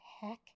heck